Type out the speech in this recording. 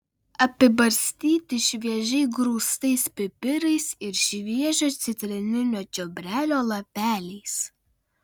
apibarstyti šviežiai grūstais pipirais ir šviežio citrininio čiobrelio lapeliais